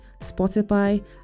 Spotify